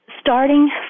starting